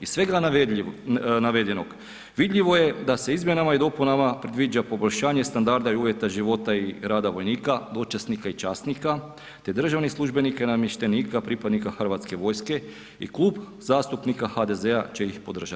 Iz svega navedenog vidljivo je da se izmjenama i dopunama predviđa poboljšanje standarda i uvjeta života i rada vojnika, dočasnika i časnika, te državnih službenika i namještenika pripadnika HV-a i Klub zastupnika HDZ-a će ih podržati.